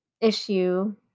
issue